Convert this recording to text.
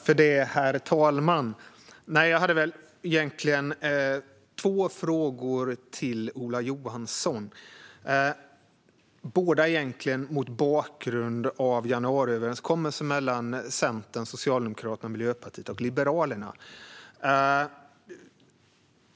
Herr talman! Jag har två frågor till Ola Johansson, båda egentligen mot bakgrund av januariöverenskommelsen mellan Centern, Socialdemokraterna, Miljöpartiet och Liberalerna.